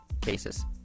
cases